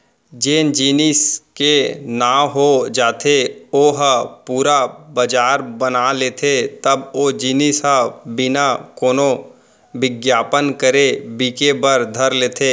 जेन जेनिस के नांव हो जाथे ओ ह पुरा बजार बना लेथे तब ओ जिनिस ह बिना कोनो बिग्यापन करे बिके बर धर लेथे